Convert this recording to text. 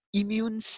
immune